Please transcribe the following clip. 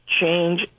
change